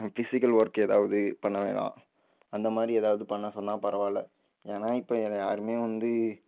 physical work ஏதாவது பண்ண வேணாம் அந்தமாதிரி ஏதாவது பண்ண சொன்னால் பரவாயில்ல ஏன்னா இப்போ யாருமே வந்து